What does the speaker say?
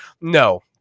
no